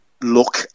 look